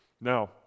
Now